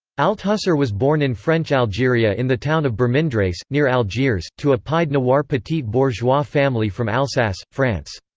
althusser was born in french algeria in the town of birmendreis, near algiers, to a pied-noir petit-bourgeois family from alsace, france.